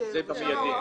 סנטימטר --- זה במידי.